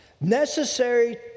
necessary